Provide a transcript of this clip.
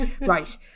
right